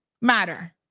matter